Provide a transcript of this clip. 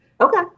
Okay